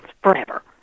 forever